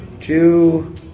two